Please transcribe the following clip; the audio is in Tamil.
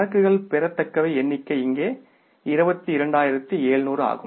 கணக்குகள் பெறத்தக்க எண்ணிக்கை இங்கே 22700 ஆகும்